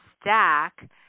stack